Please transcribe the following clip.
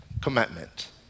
Commitment